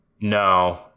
No